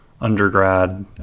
undergrad